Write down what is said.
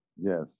Yes